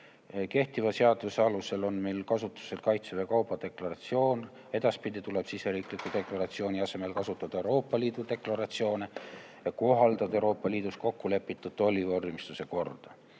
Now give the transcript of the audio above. Kehtiva seaduse alusel on meil kasutusel Kaitseväe kauba deklaratsioon. Edaspidi tuleb siseriiklikku deklaratsiooni asemel kasutada Euroopa Liidu deklaratsioone ja kohaldada Euroopa Liidus kokku lepitud tollivormistuse korda.